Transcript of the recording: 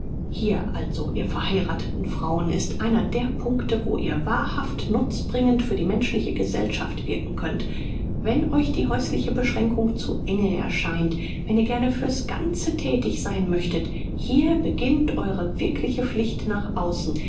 hier also ihr verheiratheten frauen ist einer der puncte wo ihr wahrhaft nutzbringend für die menschliche gesellschaft wirken könnt wenn euch die häusliche beschränkung zu enge erscheint wenn ihr gerne für's ganze thätig sein möchtet hier beginnt euere wirkliche pflicht nach außen